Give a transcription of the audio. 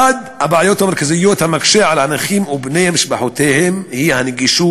אחת הבעיות המרכזיות המקשות על הנכים ובני משפחותיהם היא הגישה